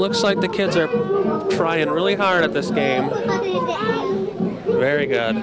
looks like the kids are trying really hard at this game very